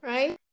Right